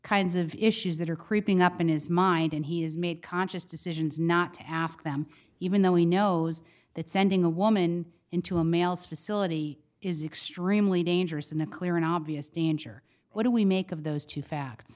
kinds of issues that are creeping up in his mind and he has made conscious decisions not to ask them even though he knows that sending a woman into a male's facility is extremely dangerous and a clear and obvious danger what do we make of those two facts